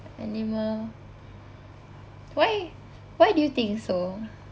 animal why why do you think so